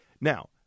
now